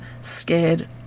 scared